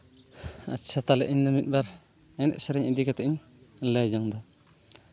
ᱟᱪᱪᱷᱟ ᱛᱟᱦᱚᱞᱮ ᱤᱧᱫᱚ ᱢᱤᱫᱵᱟᱨ ᱮᱱᱮᱡ ᱥᱮᱨᱮᱧ ᱤᱫᱤ ᱠᱟᱛᱮ ᱤᱧ ᱞᱟᱹᱭ ᱡᱚᱝᱫᱟ